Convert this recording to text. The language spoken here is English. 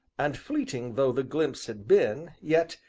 and, fleeting though the glimpse had been, yet,